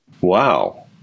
Wow